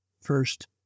first